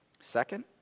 Second